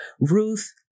Ruth